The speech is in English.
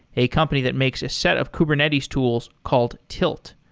a company that makes a set of kubernetes tools called tilt.